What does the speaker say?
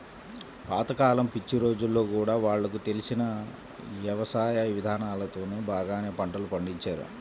పాత కాలం పిచ్చి రోజుల్లో గూడా వాళ్లకు తెలిసిన యవసాయ ఇదానాలతోనే బాగానే పంటలు పండించారు